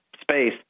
space